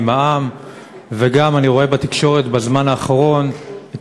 ואני גם רואה בתקשורת בזמן האחרון את